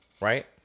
right